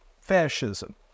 fascism